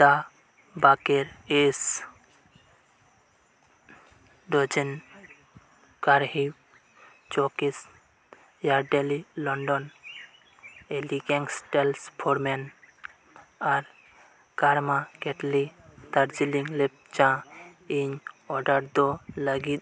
the baker's dozen cashew cookies Yardley London elegance talc for men ᱟᱨ Karma Kettle Darjeeling leaf ᱪᱟ ᱤᱧᱟᱹᱜ order ᱫᱚᱦᱚ ᱞᱟᱹᱜᱤᱫ